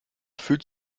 fühlt